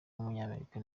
w’umunyamerika